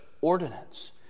ordinance